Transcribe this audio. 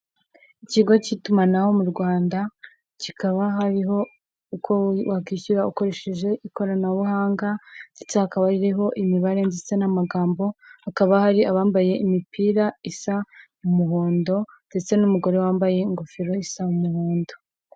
Ikigo cy'itumanaho mu Rwanda, kikaba hariho uko wakwishyura ukoresheje ikoranabuhanga ndetse hakaba ririho imibare ndetse n'amagambo, hakaba hari abambaye imipira isa umuhondo ndetse n'umugore wambaye ingofero isa umuhondo.